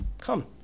come